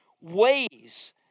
ways